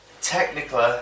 Technically